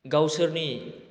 गावसोरनि